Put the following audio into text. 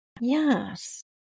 Yes